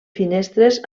finestres